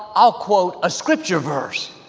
i'll quote a scripture verse.